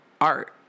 art